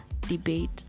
debate